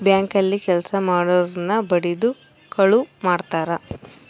bank ಅಲ್ಲಿ ಕೆಲ್ಸ ಮಾಡೊರ್ನ ಬಡಿದು ಕಳುವ್ ಮಾಡ್ತಾರ